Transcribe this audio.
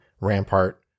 Rampart